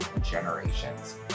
generations